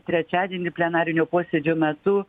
trečiadienį plenarinio posėdžio metu